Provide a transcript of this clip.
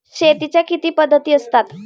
शेतीच्या किती पद्धती असतात?